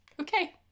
Okay